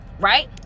right